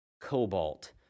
cobalt